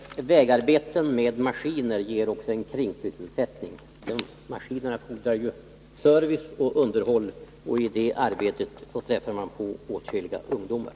Herr talman! Vägarbeten med maskiner ger också en kringsysselsättning. Maskinerna kräver även service och underhåll, och i det arbetet kan man sätta in åtskilliga ungdomar.